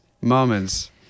moments